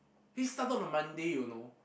he started from Monday you know